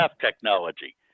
technology